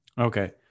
Okay